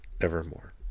evermore